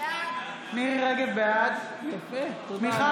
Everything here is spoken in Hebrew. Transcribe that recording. בעד מיכל